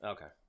Okay